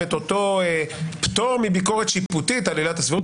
את אותו פטור מביקורת שיפוטית על עילת הסבירות.